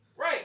Right